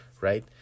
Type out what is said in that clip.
right